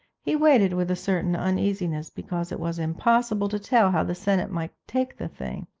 he waited with a certain uneasiness, because it was impossible to tell how the senate might take the thing,